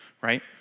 right